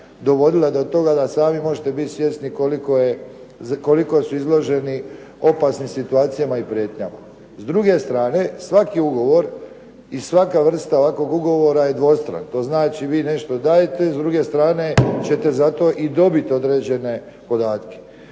dovodila do toga da sami možete biti svjesni koliko su izloženi opasnim situacijama i prijetnjama. S druge strane, svaki ugovor i svaka vrsta ovakvog ugovora je dvostran. To znači vi nešto dajete, s druge strane ćete za to i dobiti određene podatke.